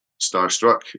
starstruck